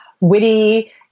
witty